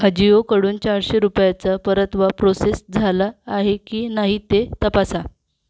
अजिओकडून चारशे रुपयाचा परतावा प्रोसेस झाला आहे की नाही ते तपासा